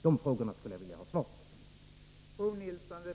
De frågorna skulle jag vilja ha svar på.